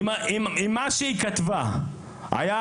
אם מה שהיא כתבה ב-2013,